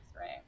right